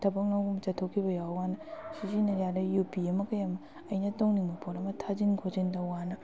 ꯊꯕꯛ ꯅꯨꯡꯕꯛ ꯆꯠꯊꯣꯛꯈꯤꯕ ꯌꯥꯎꯔ ꯀꯥꯟꯗ ꯁꯤꯖꯤꯟꯅꯕ ꯑꯗꯒꯤ ꯌꯣꯠꯄꯤ ꯑꯃ ꯀꯩ ꯑꯃ ꯑꯩꯅ ꯇꯧꯅꯤꯡꯕ ꯄꯣꯠ ꯑꯃ ꯊꯥꯖꯤꯟ ꯈꯣꯠꯆꯤꯟ ꯇꯧꯕ ꯀꯥꯟꯗ